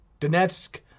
Donetsk